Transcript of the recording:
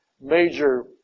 major